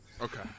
Okay